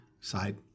side